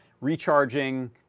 recharging